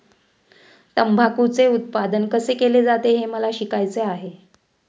तंबाखूचे उत्पादन कसे केले जाते हे मला शिकायचे आहे